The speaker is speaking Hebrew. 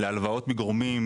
להלוואות מגורמים,